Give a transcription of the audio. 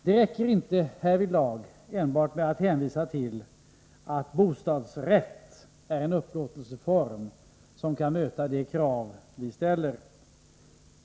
Det räcker inte härvidlag enbart med att hänvisa till att bostadsrätten är en upplåtelseform som kan möta de krav som vi ställer.